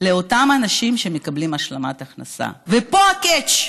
לאותם אנשים שמקבלים השלמת הכנסה, ופה ה-catch.